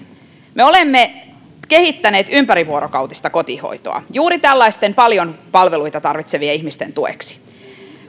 me olemme kehittäneet ympärivuorokautista kotihoitoa juuri paljon palveluita tarvitsevien ihmisten tueksi